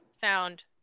sound